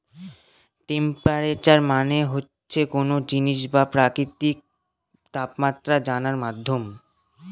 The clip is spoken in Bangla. টেম্পেরেচার মানে হচ্ছে কোনো জিনিসের বা প্রকৃতির তাপমাত্রা জানার মাধ্যম